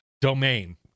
domain